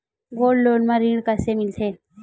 Gold loan म ऋण कइसे मिलथे?